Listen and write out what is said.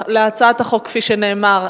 כפי שנאמר,